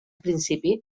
principi